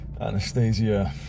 Anastasia